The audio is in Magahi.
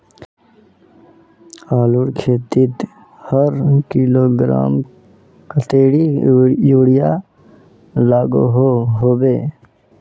आलूर खेतीत हर किलोग्राम कतेरी यूरिया लागोहो होबे?